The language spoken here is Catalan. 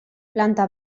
planta